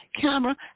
camera